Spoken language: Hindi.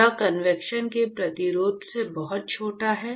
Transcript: यह कन्वेक्शन के प्रतिरोध से बहुत छोटा है